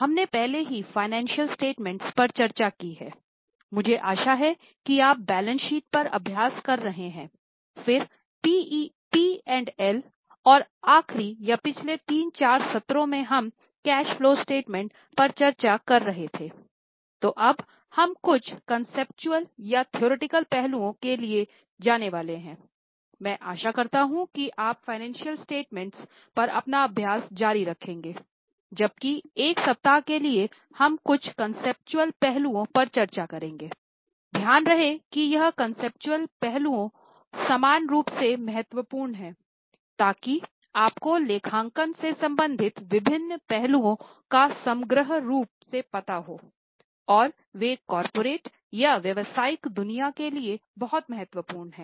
हमने पहले ही फ़ाइनेंशियल स्टेटमेंट पहलुओं समान रूप से महत्वपूर्ण हैं ताकि आपको लेखांकन से संबंधित विभिन्न पहलुओं का समग्र रूप से पता हो और वे कॉर्पोरेट या व्यावसायिक दुनिया के लिए बहुत महत्वपूर्ण हैं